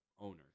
owner